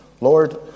Lord